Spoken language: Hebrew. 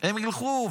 הם ילכו.